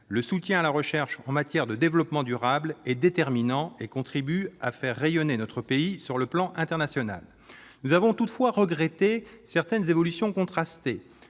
le soutien à la recherche en matière de développement durable est déterminant et contribue au rayonnement de notre pays à l'échelon international. Nous avons toutefois regretté certaines évolutions contrastées